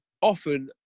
often